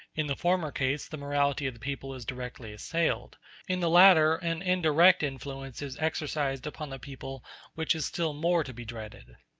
in the former case the morality of the people is directly assailed in the latter an indirect influence is exercised upon the people which is still more to be dreaded.